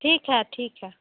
ठीक है ठीक है